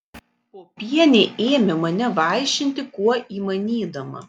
popienė ėmė mane vaišinti kuo įmanydama